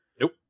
Nope